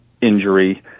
injury